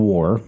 War